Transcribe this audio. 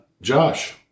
Josh